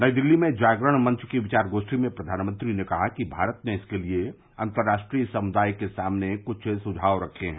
नई दिल्ली में जागरण मंच की विचार गोष्ठी में प्रधानमंत्री ने कहा कि भारत ने इसके लिए अंतर्राष्ट्रीय समुदाय के सामने कुछ सुझाव रखे हैं